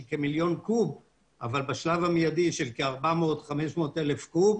של כמיליון קוב אבל בשלב המייידי של כ-500-400 אלף קוב,